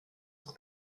pour